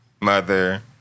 Mother